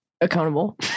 accountable